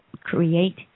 create